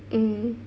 mmhmm